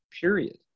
period